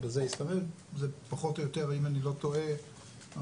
אם אני לא טועה,